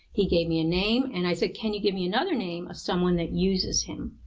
he gave me a name and i said, can you give me another name of someone that uses him?